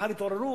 מחר יתעוררו,